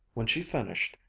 when she finished,